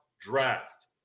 draft